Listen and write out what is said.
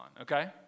okay